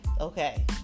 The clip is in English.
okay